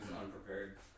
unprepared